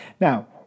Now